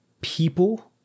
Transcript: people